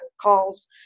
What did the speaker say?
calls